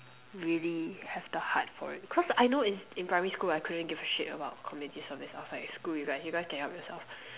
really have the heart for it cause I know is in primary school I couldn't give a shit about community service I was like screw you guys you guys can help yourselves